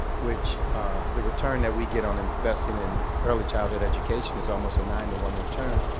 which the return that we get on investing in early childhood education is almost a nine to one return,